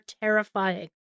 terrifying